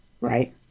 right